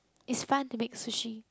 is fun to make sushi